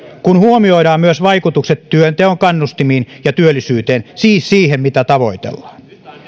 kun huomioidaan myös vaikutukset työnteon kannustimiin ja työllisyyteen siis siihen mitä tavoitellaan